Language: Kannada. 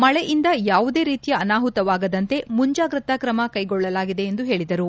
ಮಳೆಯಿಂದ ಯಾವುದೇ ರೀತಿಯ ಅನಾಹುತವಾಗದಂತೆ ಮುಂಜಾಗ್ರತಾ ತ್ರಮ ಕೈಗೊಳ್ಳಲಾಗಿದೆ ಎಂದು ಹೇಳಿದರು